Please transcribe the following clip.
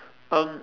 um